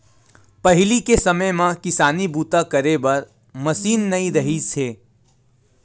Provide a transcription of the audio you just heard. पहिली के समे म किसानी बूता करे बर मसीन नइ रिहिस हे